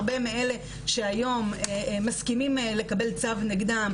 הרבה מאלה שהיום מסכימים לקבל צו נגדם,